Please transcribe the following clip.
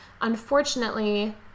unfortunately